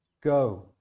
Go